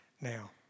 Now